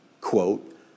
quote